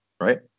right